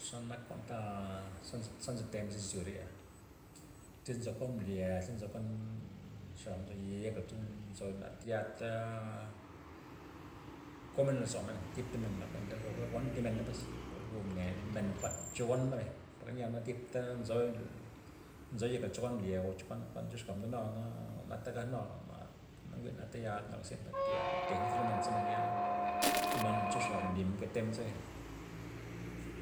Xa nak jwa'n ta xa- xa nzytemen xis izyoreya, tyz nzo kuan mblya tyz nzo kuan xab nzo yekla tyz nzoy na tiyalta komen lozomen zipta men ndabloga gon thi mena pues per go mnega men nkuan cho gona bay, porke nya zipta nzoy- nzoy yek cho kuan mblya o chokuan kuan cho xab ndenua na jwa'nata gaj'nua jwa'na njwi'n na toyata na ziemp toyataga tejmena lo zi men, ze men ya non cho xab nlymen nketemen ze bay